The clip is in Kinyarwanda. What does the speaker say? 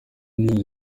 news